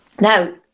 Now